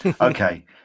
Okay